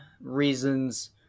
reasons